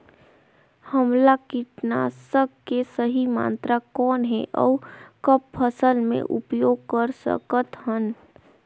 हमला कीटनाशक के सही मात्रा कौन हे अउ कब फसल मे उपयोग कर सकत हन?